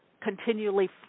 continually